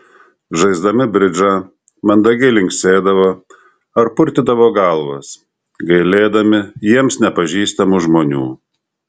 žaisdami bridžą mandagiai linksėdavo ar purtydavo galvas gailėdami jiems nepažįstamų žmonių